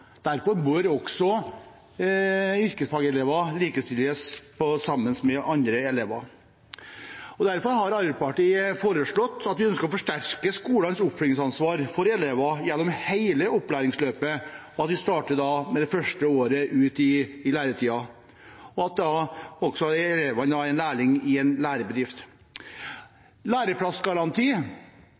Derfor bør yrkesfagelever likestilles med andre elever. Derfor har Arbeiderpartiet foreslått å forsterke skolenes oppfølgingsansvar for elever gjennom hele opplæringsløpet, at vi starter med det første året i læretiden, og at elevene er lærling i en lærebedrift. Når det gjelder læreplassgaranti,